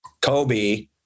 Kobe